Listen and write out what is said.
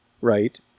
right